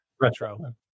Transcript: Retro